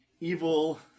evil